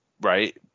right